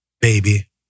baby